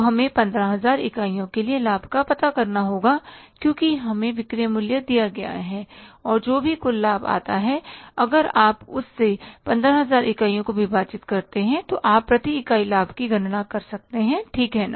हमें 15000 इकाइयों के लिए लाभ का पता करना होगा क्यों कि हमें विक्रय मूल्य दिया गया है और जो भी कुल लाभ आता है अगर आप उस से 15000 इकाईयों को विभाजित करते हैं तो आप प्रति इकाई लाभ की गणना कर सकते हैं ठीक है ना